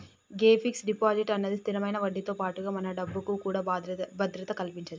గే fix deposit అన్నది స్థిరమైన వడ్డీతో పాటుగా మన డబ్బుకు కూడా భద్రత కల్పితది